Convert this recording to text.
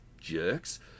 jerks